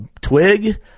twig